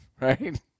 Right